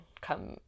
come